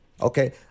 Okay